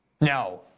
Now